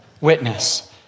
witness